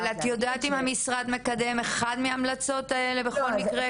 אבל את יודעת אולי אם המשרד מקדם אחת מההמלצות האלה בכל מקרה,